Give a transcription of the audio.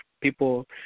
people